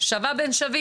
שווה בין שווים.